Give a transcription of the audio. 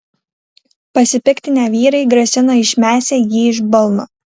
pasipiktinę vyrai grasino išmesią jį iš balno